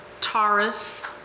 Taurus